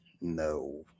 no